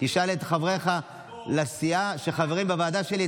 תשאל את חבריך לסיעה החברים בוועדה שלי,